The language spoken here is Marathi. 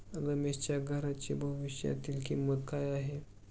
रमेशच्या घराची भविष्यातील किंमत काय आहे?